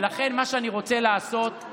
ולכן מה שאני רוצה לעשות,